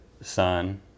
son